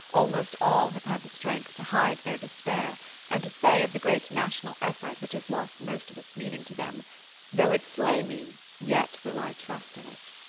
almost all have had the strength to hide their despair and to say of the great national effort which has lost most of its meaning to them though it slay me, yet will i trust in it.